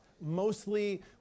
mostly